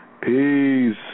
Peace